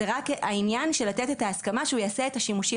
זה רק העניין של לתת את ההסכמה שהוא יעשה את השימושים